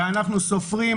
ואנחנו סופרים,